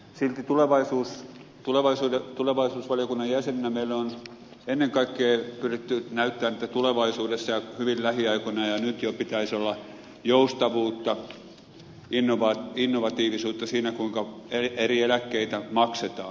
silti tulevaisuusvaliokunnan jäseninä meillä on ennen kaikkea pyritty näyttämään että tulevaisuudessa ja hyvin lähiaikoina ja nyt jo pitäisi olla joustavuutta innovatiivisuutta siinä kuinka eri eläkkeitä maksetaan